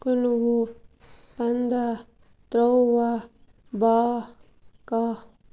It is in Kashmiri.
کُنوُہ پنٛداہ ترٛواہ بہہ کہہ